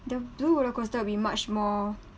the blue roller coaster would be much more